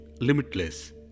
limitless